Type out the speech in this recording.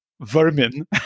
vermin